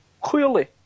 clearly